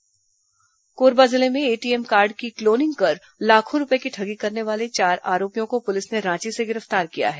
ATM card cloning Korba जिले में ATM card की क्लोनिंग कर लाखों रूपये की ठगी करने वाले चार आरोपियों को पुलिस ने रांची से गिरफ्तार किया है